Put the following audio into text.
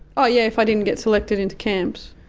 oh yeah, if i didn't get selected into camps.